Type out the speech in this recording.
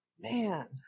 man